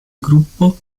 gruppo